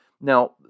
Now